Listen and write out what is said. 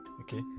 okay